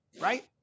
right